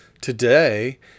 today